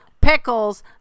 Pickles